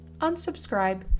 unsubscribe